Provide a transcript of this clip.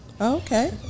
Okay